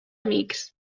amics